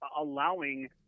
allowing